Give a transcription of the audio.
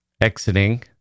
exiting